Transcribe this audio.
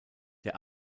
der